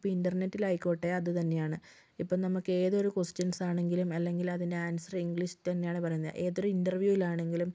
ഇപ്പോൾ ഇൻ്റർനെറ്റിലായിക്കോട്ടെ അത് തന്നെയാണ് ഇപ്പം നമുക്ക് ഏതൊരു ക്വസ്റ്റ്യൻസ് ആണെങ്കിലും അല്ലെങ്കിലും അതിൻ്റെ ആൻസർ ഇംഗ്ലീഷിൽ തന്നെയാണ് പറയുന്നത് ഏതൊരു ഇൻ്റർവ്യൂവിലാണെങ്കിലും